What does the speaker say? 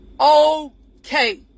okay